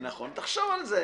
תחשוב על זה,